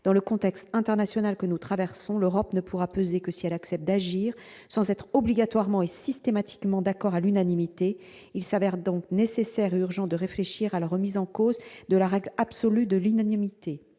dans le contexte international que nous traversons, l'Europe ne pourra peser que si elle accepte d'agir sans être obligatoirement et systématiquement d'accord à l'unanimité, il s'avère donc nécessaire et urgent de réfléchir à la remise en cause de la règle absolue de l'unanimité,